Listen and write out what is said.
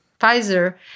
Pfizer